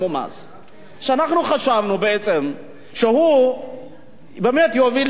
אנחנו חשבנו שהוא באמת יוליך מהלך.